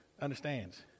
understands